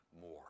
more